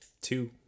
two